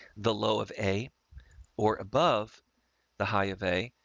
the low of a or above the high of a,